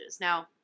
Now